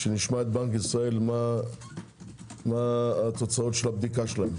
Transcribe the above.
נשמע את בנק ישראל על תוצאות הבדיקה שלהם.